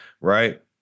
Right